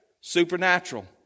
supernatural